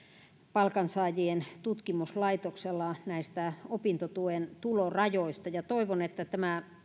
palkansaajien tutkimuslaitoksella näistä opintotuen tulorajoista ja toivon että tämä